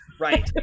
Right